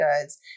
goods